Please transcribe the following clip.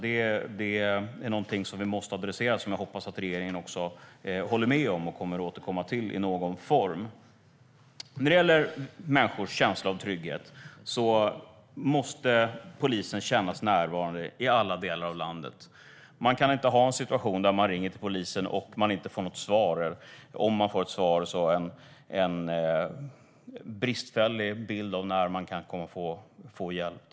Det är någonting som vi måste adressera, vilket jag hoppas att regeringen håller med om och kommer att återkomma till i någon form. När det handlar om människors känsla av trygghet måste polisen kännas närvarande i alla delar av landet. Man kan inte ha en situation där man ringer polisen och inte får något svar eller där man, om man får ett svar, får en bristfällig bild av när man kan komma att få hjälp.